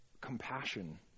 compassion